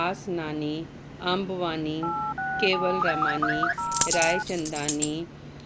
Asnani Ambwani Kewalramani Raichandani